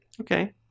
Okay